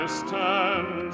stand